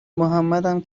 محمدم